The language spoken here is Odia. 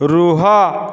ରୁହ